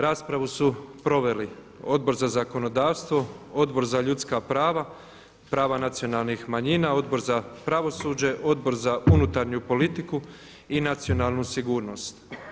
Raspravu su proveli Odbor za zakonodavstvo, Odbor za ljudska prava i prava nacionalnih manjina, Odbor za pravosuđe, Odbor za unutarnju politiku i nacionalnu sigurnost.